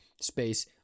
space